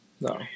No